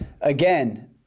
again